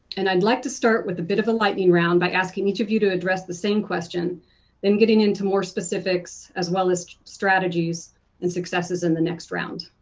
and i would like to start with a bit of a lightning round by asking each of you to address the same question and getting into more specifics as well as strategies and successes in the next round.